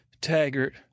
Taggart